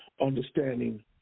understanding